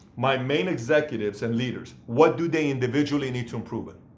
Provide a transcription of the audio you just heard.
my main executives and leaders what do they individually need to improve in?